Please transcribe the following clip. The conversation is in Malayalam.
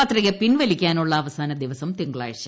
പത്രിക പിൻവലിക്കാനുള്ള അവസാന ദിവസം തിങ്കളാഴ്ച